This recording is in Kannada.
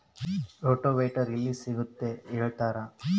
ರೋಟೋವೇಟರ್ ಎಲ್ಲಿ ಸಿಗುತ್ತದೆ ಹೇಳ್ತೇರಾ?